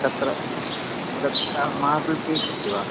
तत्र तत्र marble cake अस्ति वा